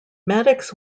maddox